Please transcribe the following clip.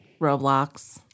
Roblox